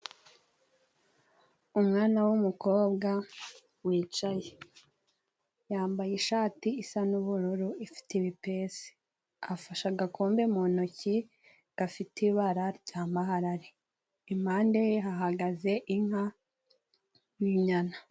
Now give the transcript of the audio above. Umwana w' umukobwa wicaye, yambaye ishati isa n' ubururu ifite ibipesi, afashe agakombe mu ntoki gafite ibara rya maharara, impande hahagaze inka y' inyana.